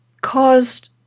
caused